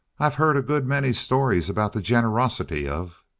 i've heard a good many stories about the generosity of